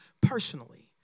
personally